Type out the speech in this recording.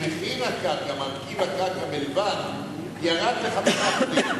שמחיר הקרקע, מרכיב הקרקע בלבד ירד ל-5%.